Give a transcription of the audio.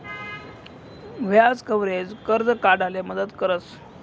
व्याज कव्हरेज, कर्ज काढाले मदत करस